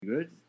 Good